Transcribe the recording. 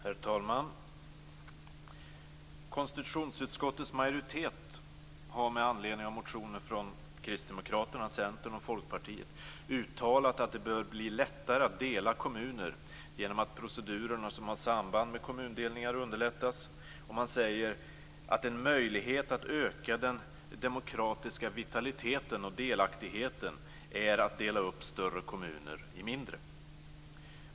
Herr talman! Konstitutionsutskottets majoritet har med anledning av motioner från Kristdemokraterna, Centern och Folkpartiet uttalat att det bör bli lättare att dela kommuner genom att procedurer som har samband med kommundelningar underlättas. Man säger att en möjlighet att öka den demokratiska vitaliteten och delaktigheten är att dela upp större kommuner i mindre.